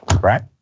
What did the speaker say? right